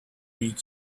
read